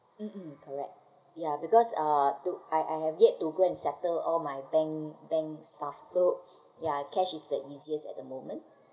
um um correct ya because uh to I I have yet to go and settle all my bank bank stuff so ya cash is the easiest at the moment